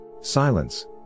Silence